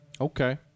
Okay